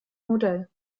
modell